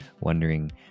wondering